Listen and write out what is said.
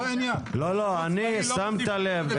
שמת לב,